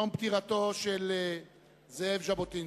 יום פטירתו של זאב ז'בוטינסקי.